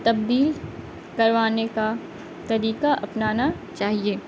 تبدیل کروانے کا طریقہ اپنانا چاہیے